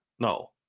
No